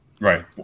Right